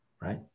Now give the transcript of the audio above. right